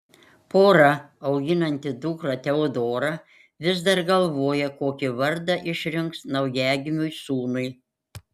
pora auginanti dukrą teodorą vis dar galvoja kokį vardą išrinks naujagimiui sūnui